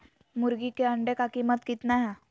मुर्गी के अंडे का कीमत कितना है?